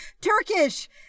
Turkish